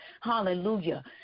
Hallelujah